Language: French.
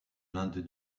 l’inde